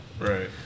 Right